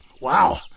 Wow